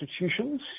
institutions